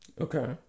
Okay